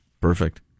Perfect